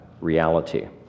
reality